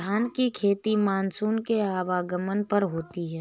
धान की खेती मानसून के आगमन पर होती है